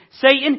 Satan